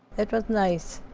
it was nice.